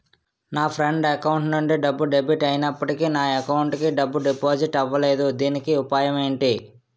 నా friend account నుండి డబ్బు డెబిట్ అయినప్పటికీ నా అకౌంట్ కి డబ్బు డిపాజిట్ అవ్వలేదుదీనికి ఉపాయం ఎంటి?